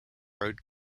road